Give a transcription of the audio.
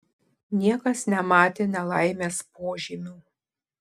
niekas nematė nelaimės požymių